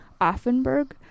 offenberg